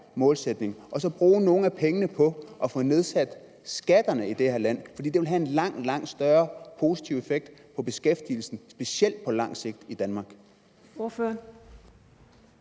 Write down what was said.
rationelt at bruge nogle af pengene på at få nedsat skatterne i dette land, for det ville have en langt, langt større positiv effekt på beskæftigelse, specielt på lang sigt, i Danmark?